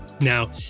Now